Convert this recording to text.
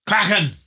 Kraken